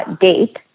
Date